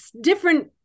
different